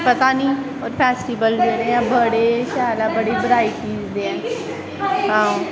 पता नी फैस्टिवल बड़े शैल ऐ बड़े बराईटीस दे ऐं हां